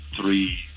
three